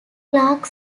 clark